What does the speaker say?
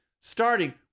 starting